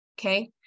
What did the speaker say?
Okay